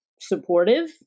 supportive